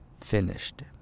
finished